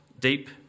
Deep